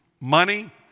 money